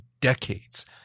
decades